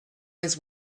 his